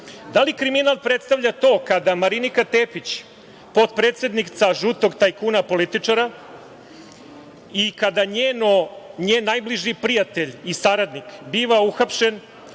Da li kriminal predstavlja to kada Marinika Tepić, potpredsednica žutog tajkuna političara, i kada njen najbliži prijatelj i saradnik biva uhapšen